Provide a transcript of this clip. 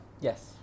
Yes